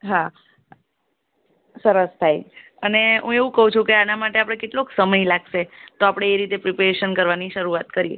હા સરસ થાય અને હું એવું કહું છું કે આના માટે આપણે કેટલો સમય લાગશે તો આપણે એ રીતે પ્રીપેરેશન કરવાની શરૂઆત કરીએ